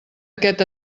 aquest